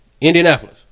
Indianapolis